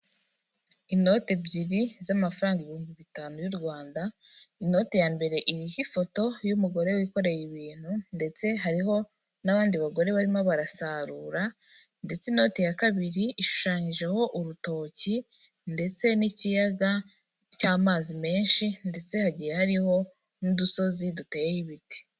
Inoti ebyiri z'amafaranga ibihumbi bitanu by'amafaranga y'u Rwanda, inote ya mbere iriho ifoto y'umugore wikoreye ibintu ndetse hariho n'abandi bagore barimo barasarura, ndetse inoti ya kabiri ishushanyijeho urutoki ndetse n'ikiyaga cy'amazi menshi ndetse hagiye hariho n'udusozi duteyeho ibiti.